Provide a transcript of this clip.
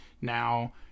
Now